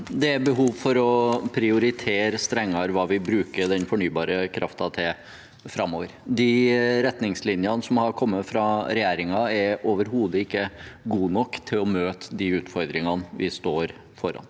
Det er behov for å prioritere hva vi bruker den fornybare kraften til framover, strengere. De retningslinjene som har kommet fra regjeringen, er overhodet ikke gode nok til å møte de utfordringene vi står foran.